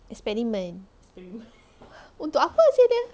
experiment untuk apa seh dia